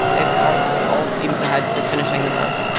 ah it's all all steams ahead to finishing the book,